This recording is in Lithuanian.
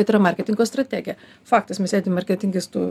ir ta yra marketingo strategija faktas mes sėdim marketingistų